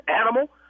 animal